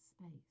space